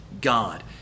god